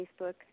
Facebook